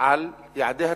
על יעדי התקציב.